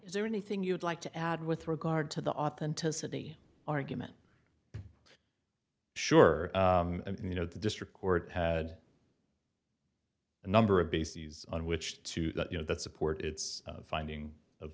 is there anything you'd like to add with regard to the authenticity argument sure you know the district court had a number of bases on which to you know that support it's finding